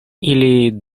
ili